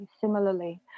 similarly